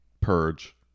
purge